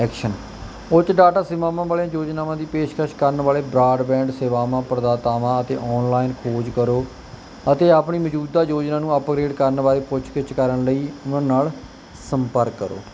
action ਉੱਚ data ਸੇਵਾਵਾਂ ਵਾਲੀਆਂ ਯੋਜਨਾਵਾਂ ਦੀ ਪੇਸ਼ਕਸ਼ ਕਰਨ ਵਾਲੇ ਬਰਾੜਬੈਂਡ ਸੇਵਾਵਾਂ ਪ੍ਰਦਾਤਾਵਾਂ ਅਤੇ ਆਨਲਾਈਨ ਖੋਜ ਕਰੋ ਅਤੇ ਆਪਣੀ ਮੌਜੂਦਾ ਯੋਜਨਾ ਨੂੰ ਅਪਗ੍ਰੇਡ ਕਰਨ ਬਾਰੇ ਪੁੱਛ ਗਿੱਛ ਕਰਨ ਲਈ ਉਹਨਾਂ ਨਾਲ ਸੰਪਰਕ ਕਰੋ